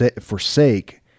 forsake